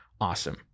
awesome